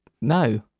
No